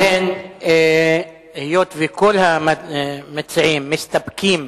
לכן, היות שכל המציעים מסתפקים